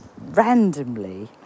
randomly